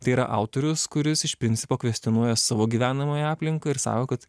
tai yra autorius kuris iš principo kvestionuoja savo gyvenamąją aplinką ir sako kad